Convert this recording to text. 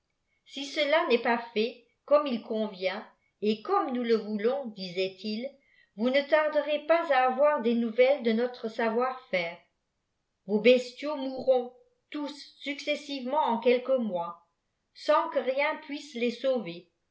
si cela n'est pas fait comme il convient et comme nous le voulons disaient-ils vous ne tarderez pas à avoir des nouvelles de notre savoir-faire vos bestiaux mourront tous successivement en quelques mois sans que rien puisse les sauver